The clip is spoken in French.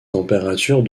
températures